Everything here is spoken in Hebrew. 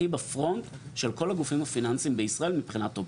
הכי בפרונט של כל הגופים הפיננסים בישראל מבחינתopen